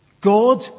God